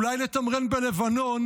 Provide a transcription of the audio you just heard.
אולי לתמרן בלבנון,